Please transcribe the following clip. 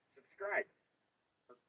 Subscribe